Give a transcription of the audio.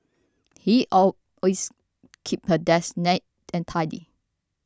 he always keeps her desk neat and tidy